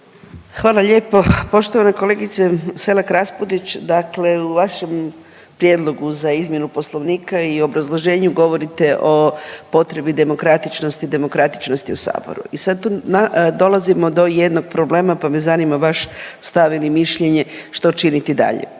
Hvala lijepo. Poštovana kolegice Selak RAspudić, dakle u vašem prijedlogu za izmjenu poslovnika i u obrazloženju govorite o potrebi demokratičnosti, demokratičnosti u Saboru i sad tu dolazimo do jednog problema pa me zanima vaš stav ili mišljenje što činiti dalje.